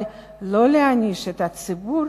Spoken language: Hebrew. אבל לא להעניש את הציבור